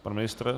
Pan ministr?